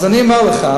אז אני אומר לך,